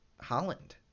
Holland